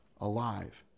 alive